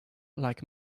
like